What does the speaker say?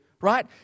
right